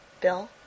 Bill